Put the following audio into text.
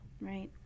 Right